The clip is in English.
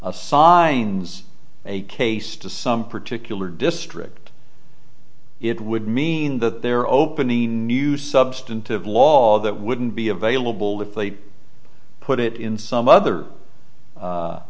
assigns a case to some particular district it would mean that they're opening new substantive law that wouldn't be available that they put it in some other